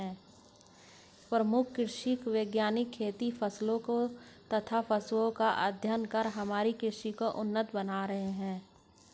प्रमुख कृषि वैज्ञानिक खेती फसलों तथा पशुओं का अध्ययन कर हमारी कृषि को उन्नत बना रहे हैं